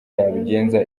yabigenza